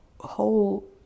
whole